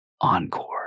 encore